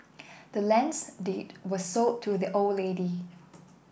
the land's deed was sold to the old lady